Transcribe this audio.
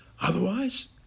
Otherwise